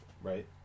Right